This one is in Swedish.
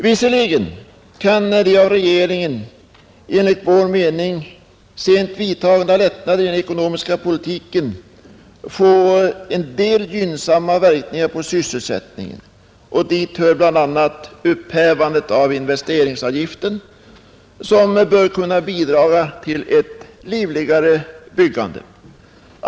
Visserligen kan de av regeringen enligt vår mening sent vidtagna lättnaderna i den ekonomiska politiken få en del gynnsamma verkningar på sysselsättningen, och dit hör bl.a. upphävandet av investeringsavgiften, vilket bör kunna bidra till ett livligare byggande.